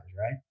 right